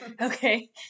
okay